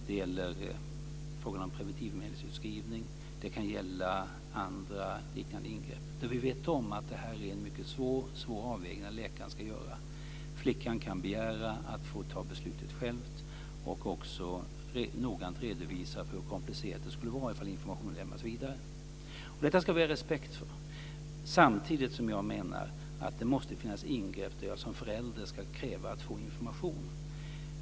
Det gäller frågan om preventivmedelsutskrivning, och det kan gälla andra liknande ingrepp där vi vet om att det är en mycket svår avvägning som läkaren ska göra. Flickan kan begära att få fatta beslutet själv och även noggrant redovisa hur komplicerat det skulle vara om informationen lämnades vidare. Detta ska vi ha respekt för. Samtidigt menar jag att det måste finnas ingrepp där man som förälder ska kräva att få information.